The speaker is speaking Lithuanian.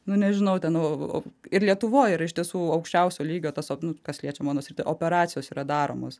nu nežinau ten o ir lietuvoj yra iš tiesų aukščiausio lygio tas nu kas liečia mano sritį operacijos yra daromos